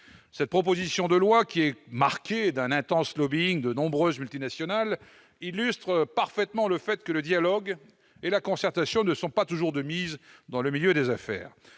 Cette proposition de loi, qui est marquée par un intense lobbying de nombreuses multinationales, illustre parfaitement le fait que le dialogue et la concertation ne sont pas toujours de mise dans le milieu des affaires.